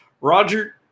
Roger